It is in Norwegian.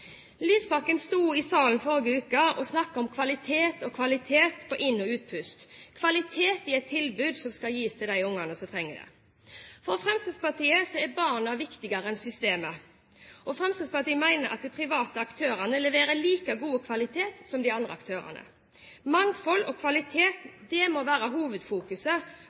Lysbakken sto i salen i forrige uke og snakket om kvalitet og kvalitet på inn- og utpust – kvalitet i et tilbud som skal gis til de ungene som trenger det. For Fremskrittspartiet er barna viktigere enn systemet. Fremskrittspartiet mener at de private aktørene leverer like god kvalitet som de andre aktørene. Mangfold og kvalitet må være hovedfokuset,